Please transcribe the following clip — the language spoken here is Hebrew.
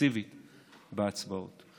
פסיבית בהצבעות.